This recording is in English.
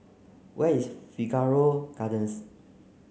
where is Figaro Gardens